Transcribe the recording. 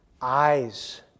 eyes